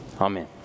Amen